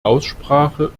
aussprache